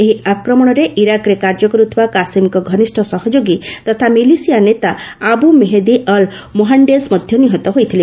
ଏହି ଆକ୍ରମଣରେ ଇରାକ୍ରେ କାର୍ଯ୍ୟ କରୁଥିବା କାସିମ୍ଙ୍କ ଘନିଷ୍ଠ ସହଯୋଗୀ ତଥା ମିଲିସିଆ ନେତା ଆବ୍ ମେହେଦି ଅଲ୍ ମୋହାଣ୍ଡେଜ୍ ମଧ୍ୟ ନିହତ ହୋଇଥିଲେ